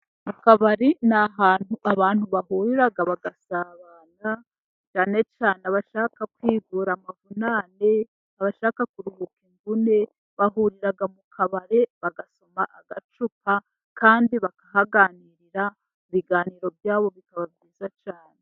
Akabari ni ahantu abantu bahurira bagasabana cyane cyangwa bashaka kwivura amavunane, abashaka kuruhuka imvune, bahurira mu kabari bagasoma agacupa kandi bakahaganirira ibiganiro byabo bikaba byiza cyane.